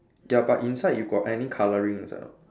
ya but inside you got any colouring inside or not